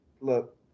look